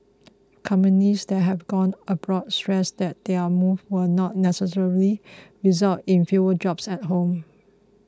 companies that have gone abroad stressed that their move will not necessarily result in fewer jobs at home